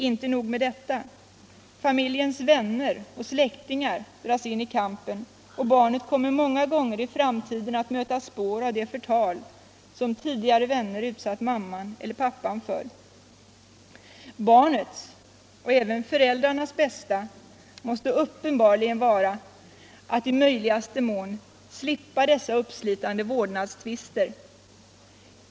Inte nog med detta, familjens vänner och släktingar dras in i kampen, och barnet kommer många gånger i framtiden att möta spår av det förtal som tidigare vänner utsatt mamman eller pappan för. Barnets, och även föräldrarnas, bästa måste uppenbarligen vara att i möjligaste mån slippa dessa uppslitande vårdnadstvister.